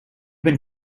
been